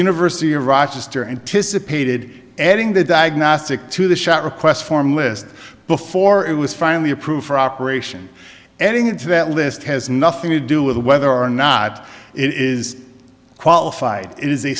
university of rochester anticipated adding the diagnostic to the shot request form list before it was finally approved for operation adding to that list has nothing to do with whether or not it is qualified it is